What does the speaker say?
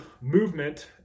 movement